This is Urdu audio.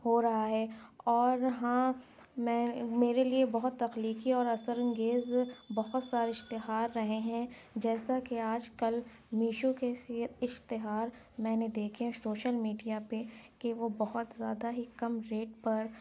ہو رہا ہے اور ہاں میں میرے لیے بہت تخلیقی اور اثر انگیز بہت سارے اشتہار رہے ہیں جیسا کہ آج کل میشو کے سے اشتہار میں نے دیکھے سوشل میڈیا پہ کہ وہ بہت زیادہ ہی کم ریٹ پر